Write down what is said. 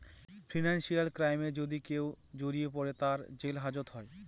financial ক্রাইমে যদি কেউ জড়িয়ে পরে, তার জেল হাজত হয়